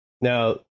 Now